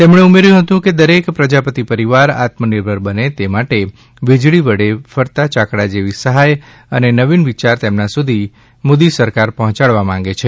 તેમણે ઉમેર્યું હતું કે દરેક પ્રજાપતિ પરિવાર આત્મનિર્ભર બને તે માટે વીજળી વડે ફરતા ચાકડા જેવી સહાય અને નવીન વિચાર તેમના સુધી મોદી સરકાર પહોચાડવા માંગે છે